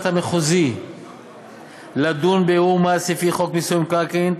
המחוזי לדון בערעור מס לפי חוק מיסוי מקרקעין,